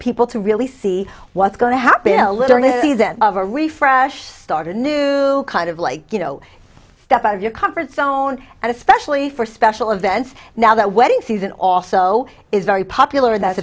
people to really see what's going to happen a little bit of a refresh start a new kind of like you know step out of your comfort zone and especially for special events now that wedding season also is very popular that